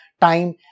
time